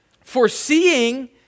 foreseeing